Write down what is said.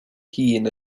hun